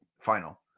Final